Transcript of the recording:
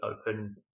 Open